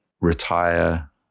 retire